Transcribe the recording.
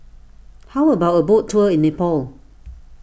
how about a boat tour in Nepal